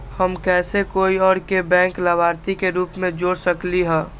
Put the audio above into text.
हम कैसे कोई और के बैंक लाभार्थी के रूप में जोर सकली ह?